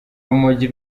rumogi